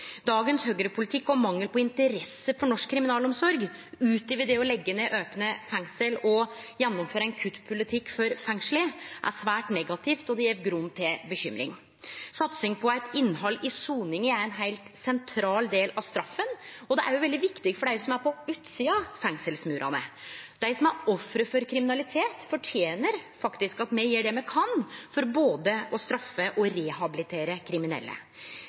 Dagens høgrepolitikk og mangel på interesse for norsk kriminalomsorg utover det å leggje ned opne fengsel og gjennomføre ein kuttpolitikk for fengsla, er svært negativt og gjev grunn til bekymring. Satsing på eit innhald i soninga er ein heilt sentral del av straffa, og det er òg veldig viktig for dei som er på utsida av fengselsmurane. Dei som er ofre for kriminalitet, fortener faktisk at me gjer det me kan for både å straffe og rehabilitere kriminelle.